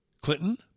Clinton